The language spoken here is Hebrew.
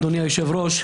אדוני היושב-ראש,